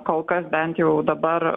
kol kas bent jau dabar